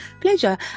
Pleasure